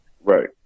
Right